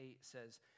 says